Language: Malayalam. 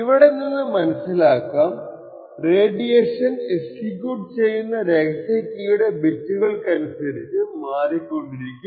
ഇവിടെ നിന്ന് മനസ്സിലാക്കാം റേഡിയേഷൻ എക്സിക്യൂട്ട് ചെയുന്ന രഹസ്യ കീയുടെ ബിറ്റുകൾക്കനുസരിച്ചു മാറിക്കൊണ്ടിരിക്കും